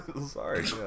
Sorry